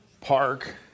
Park